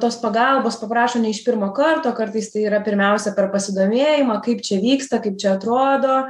tos pagalbos paprašo ne iš pirmo karto kartais tai yra pirmiausia per pasidomėjimą kaip čia vyksta kaip čia atrodo